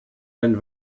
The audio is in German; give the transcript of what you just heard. den